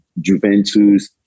Juventus